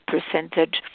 percentage